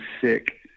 sick